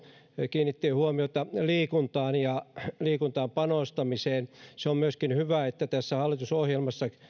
kiinnitti huomiota liikuntaan ja liikuntaan panostamiseen se on myöskin hyvä että tässä hallitusohjelmassa